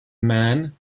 man